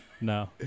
No